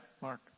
Mark